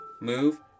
move